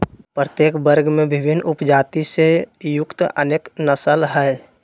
प्रत्येक वर्ग में विभिन्न उपजाति से युक्त अनेक नस्ल हइ